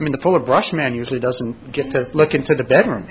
i mean the fuller brush man usually doesn't get to look into the bedroom